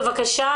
בבקשה,